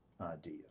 idea